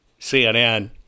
CNN